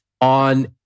on